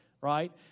Right